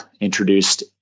introduced